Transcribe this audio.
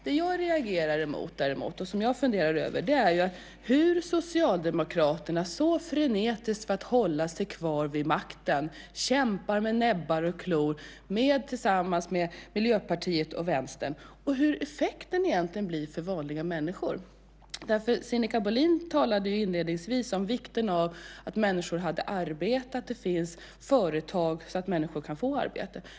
Det jag reagerar mot och funderar över är hur Socialdemokraterna så frenetiskt för att hålla sig kvar vid makten kämpar med näbbar och klor tillsammans med Miljöpartiet och Vänstern samt hur effekten blir för vanliga människor. Sinikka Bohlin talade inledningsvis om vikten av att människor har arbete och att det finns företag så att människor kan få arbete.